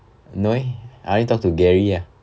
no eh I only talk to gary ah